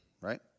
right